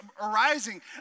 arising